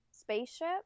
spaceship